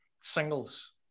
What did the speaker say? singles